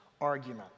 argument